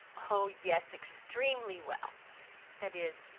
oh! yes, extremely well that is,